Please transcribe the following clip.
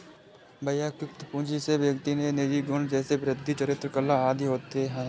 वैयक्तिक पूंजी में व्यक्ति के निजी गुण जैसे बुद्धि, चरित्र, कला आदि होते हैं